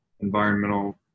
environmental